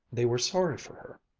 they were sorry for her.